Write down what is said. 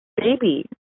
baby